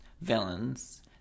villains